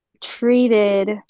treated